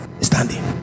standing